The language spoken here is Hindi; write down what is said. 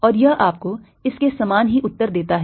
और यह आपको इसके समान ही उत्तर देता है